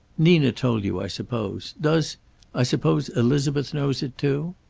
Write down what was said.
nina told you, i suppose. does i suppose elizabeth knows it, too?